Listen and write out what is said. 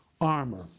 armor